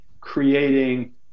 creating